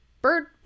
bird